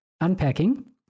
unpacking